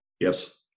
Yes